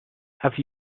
have